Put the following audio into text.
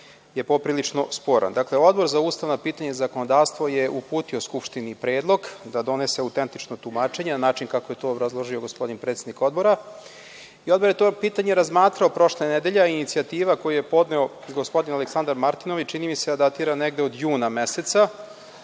je poprilično sporan. Odbor za ustavna pitanja i zakonodavstvo je uputio Skupštini predlog da donese autentično tumačenje na način kako je to obrazložio gospodin predsednik Odbora i Odbor je to pitanje razmatrao prošle nedelje, a inicijativa koju je podneo gospodin Aleksandar Martinović, čini mi se datira negde od juna meseca,